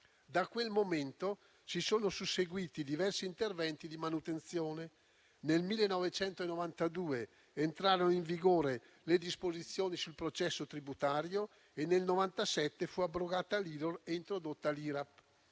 Da quel momento, si susseguirono diversi interventi di manutenzione: nel 1992 entrarono in vigore le disposizioni sul processo tributario e nel 1997 fu abrogata l'imposta locale